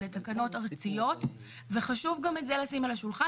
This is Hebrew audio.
אלה תקנות ארציות וחשוב גם את זה לשים על השולחן.